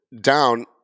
down